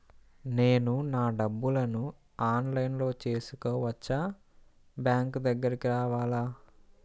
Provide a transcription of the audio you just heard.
నేను నా డబ్బులను ఆన్లైన్లో చేసుకోవచ్చా? బ్యాంక్ దగ్గరకు రావాలా?